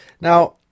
Now